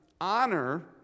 honor